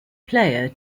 player